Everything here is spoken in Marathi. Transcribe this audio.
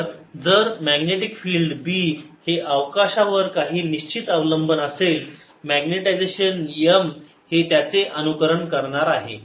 तर जर मॅग्नेटिक फिल्ड B चे अवकाशावर काही निश्चित अवलंबन असेल मॅग्नेटायजेशन m हे त्याचे अनुकरण करणार आहे